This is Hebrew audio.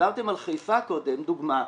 דיברתם על חיפה קודם, דוגמא.